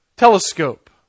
telescope